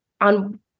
on